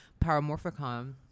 Paramorphicon